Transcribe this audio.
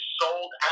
sold